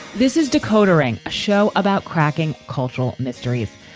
this is decoder ring, a show about cracking cultural mysteries,